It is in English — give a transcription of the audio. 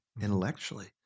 intellectually